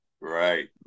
Right